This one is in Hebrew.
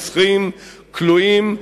רוצחים כלואים,